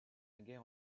guerre